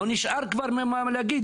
לא נשאר כבר מה להגיד.